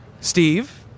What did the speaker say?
Steve